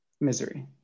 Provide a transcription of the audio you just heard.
Misery